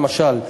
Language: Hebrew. למשל,